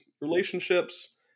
relationships